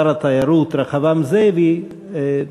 שר התיירות רחבעם זאבי,